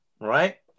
right